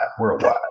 worldwide